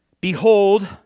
Behold